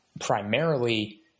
primarily